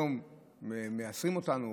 היום מייסרים אותנו